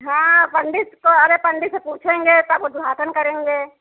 हाँ पंडित को अरे पंडित से पूछेंगे तब उद्घाटन करेंगे